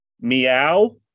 meow